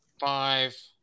five